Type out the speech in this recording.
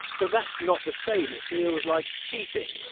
but that's not the same. it feels like cheating.